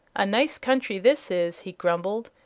a nice country this is, he grumbled,